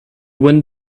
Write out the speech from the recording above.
wind